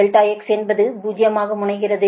∆x என்பது 0 ஆக முனைகிறது